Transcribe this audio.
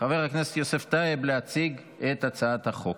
חבר הכנסת יוסף טייב להציג את הצעת החוק.